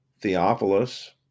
Theophilus